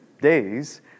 days